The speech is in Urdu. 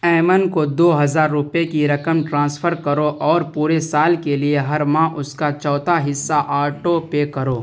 ایمن کو دو ہزار روپئے کی رقم ٹرانسفر کرو اور پورے سال کے لیے ہر ماہ اس کا چوتھا حصہ آٹو پے کرو